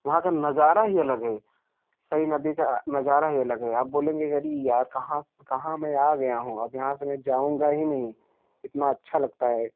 वहाँ का नज़ारा ही अलग है सई नदी का नज़ारा ही अलग है आप बोलेंगे अरे यार कहाँ से कहाँ मैं आ गया हूँ अब मैं यहाँ से जाऊँगा ही नहीं इतना अच्छा लगता है